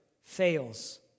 fails